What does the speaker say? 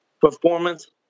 performance